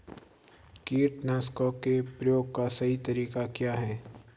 कीटनाशकों के प्रयोग का सही तरीका क्या है?